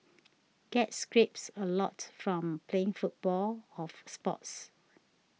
get scrapes a lot from playing football of sports